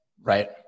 Right